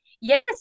Yes